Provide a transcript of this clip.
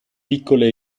piccole